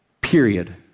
period